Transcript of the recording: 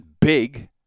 big